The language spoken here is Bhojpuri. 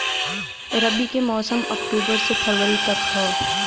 रबी के मौसम अक्टूबर से फ़रवरी तक ह